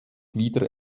wieder